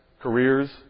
careers